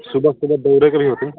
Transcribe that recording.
सुबह सुबह दौड़य के लेकिन होतै